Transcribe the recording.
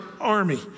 army